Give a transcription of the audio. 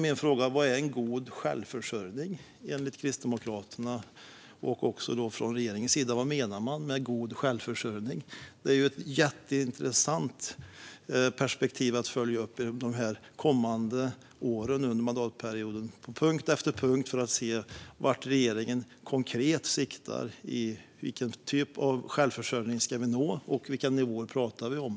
Min fråga är: Vad är en god självförsörjning enligt Kristdemokraterna? Och vad menar man från regeringens sida med god självförsörjning? Detta är ju ett jätteintressant perspektiv att följa upp på punkt efter punkt under de kommande åren av mandatperioden för att se vart regeringen siktar. Vilken typ av självförsörjning ska vi nå? Vilka nivåer pratar vi om?